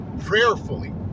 prayerfully